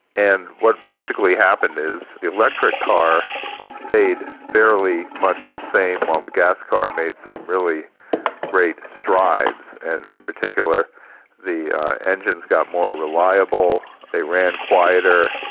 and what basically happened is, the electric car stayed fairly much the same while the gas car made some really great strides, and in particular the engines got more reliable, they ran quieter,